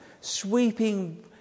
sweeping